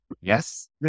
Yes